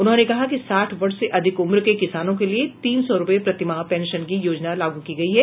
उन्होंने कहा कि साठ वर्ष से अधिक उम्र के किसानों के लिए तीन सौ रुपये प्रतिमाह पेंशन की योजना लागू की गई है